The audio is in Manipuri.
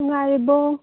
ꯅꯨꯡꯉꯥꯏꯔꯤꯕꯣ